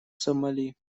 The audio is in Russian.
сомали